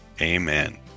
Amen